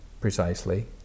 precisely